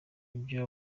ibyo